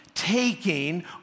taking